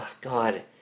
god